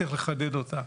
צריך לחדד אותה.